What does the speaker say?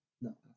No